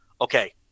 Okay